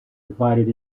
divided